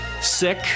sick